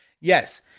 Yes